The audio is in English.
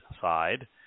side